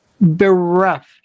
bereft